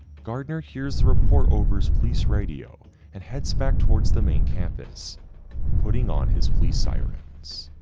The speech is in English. gardner, here's the report overs police radio and heads back towards the main campus putting on his police sirens.